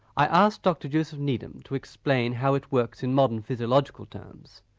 i asked dr joseph needham to explain how it works in modern physiological terms.